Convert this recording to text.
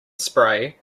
spray